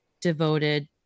devoted